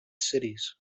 cities